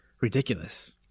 ridiculous